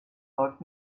läuft